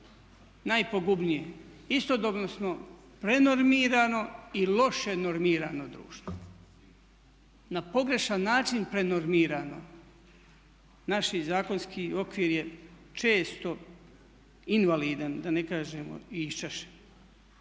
najpogubnije? Istodobno smo prenormirano i loše normirano društvo. Na pogrešan način prenormirano. Naš zakonski okvir je često invalidan da ne kažem i iščašen.